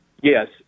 Yes